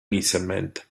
inizialmente